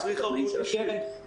תחת התנאים של הקרן.